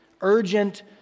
Urgent